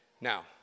Now